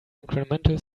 incremental